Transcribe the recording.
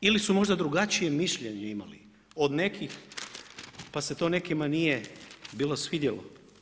Ili su možda drugačije mišljenje imali od nekih, pa se to nekima nije bilo svidjelo.